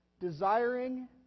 Desiring